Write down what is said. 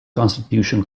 constitution